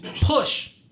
push